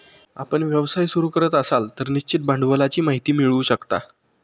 आपण व्यवसाय सुरू करत असाल तर निश्चित भांडवलाची माहिती मिळवू शकता